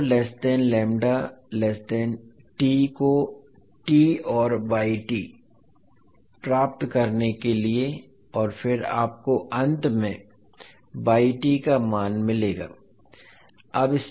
0 को t पर प्राप्त करने के लिए और फिर आपको अंत में का मान मिलेगा